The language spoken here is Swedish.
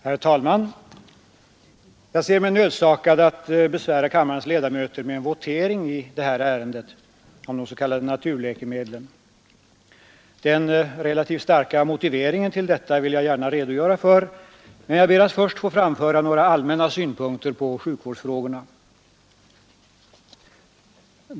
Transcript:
Herr talman! Jag ser mig nödsakad att besvära kammarens ledamöter med en votering i detta ärende om de s.k. naturläkemedlen. Den relativt starka motiveringen till detta vill jag gärna redogöra för, men jag ber att först få framföra några allmänna synpunkter på sjukvårdsfrågorna.